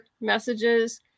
messages